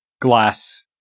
glass